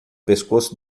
pescoço